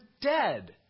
dead